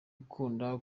ukunda